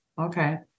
Okay